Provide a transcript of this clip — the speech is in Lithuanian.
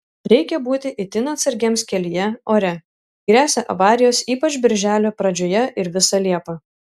reikia būti itin atsargiems kelyje ore gresia avarijos ypač birželio pradžioje ir visą liepą